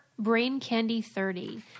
BrainCandy30